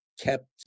kept